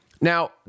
Now